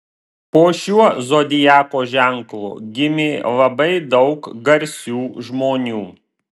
po šiuo zodiako ženklu gimė labai daug garsių žmonių